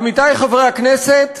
עמיתי חברי הכנסת,